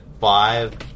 five